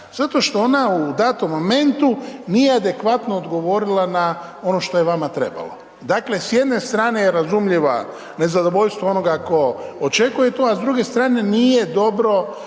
Zato što ona u datom momentu nije adekvatno odgovorila na ono što je vama trebalo. Dakle, s jedne strane je razumljiva nezadovoljstvo onoga tko očekuje to, a s druge strane nije dobro